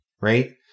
right